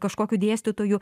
kažkokiu dėstytoju